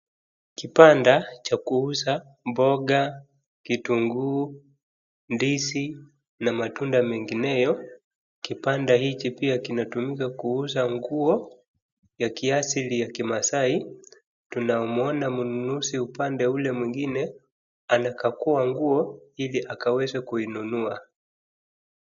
Kibanda cha kuuza mboga, kitunguu, ndizi na matunda mengineo, kibanda hiki pia kinatumika kuuza nguo, ya kiasili ya kimaasai, tunamwona mnunuzi upande ule mwingine, anakagua nguo ili akaweze kuinunua.